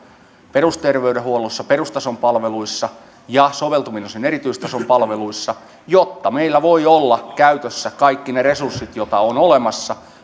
perusterveydenhuollossa perustason palveluissa ja soveltuvin osin erityistason palveluissa ja jotta meillä voivat olla käytössä kaikki ne resurssit joita on olemassa